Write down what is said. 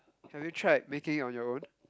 have you tried making on your own